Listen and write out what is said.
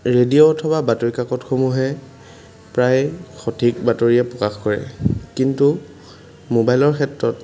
radio অথবা বাতৰি কাকতসমূহে প্ৰায় সঠিক বাতৰিয়েই প্ৰকাশ কৰে কিন্তু মোবাইলৰ ক্ষেত্ৰত